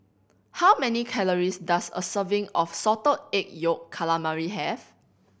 how many calories does a serving of Salted Egg Yolk Calamari have